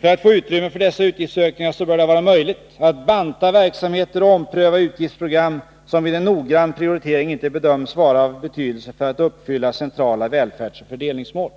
För att få utrymme för dessa utgiftsökningar bör det vara möjligt att banta verksamheter och ompröva utgiftsprogram, som vid en noggrann prioritering inte bedöms vara av betydelse för att uppfylla centrala välfärdsoch fördelningsmål.